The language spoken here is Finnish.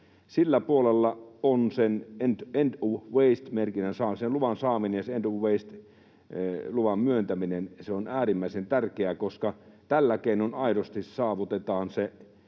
Sillä puolella sen end of waste ‑merkinnän, sen luvan, saaminen ja end of waste ‑luvan myöntäminen on äärimmäisen tärkeää, koska tällä keinoin aidosti saavutetaan se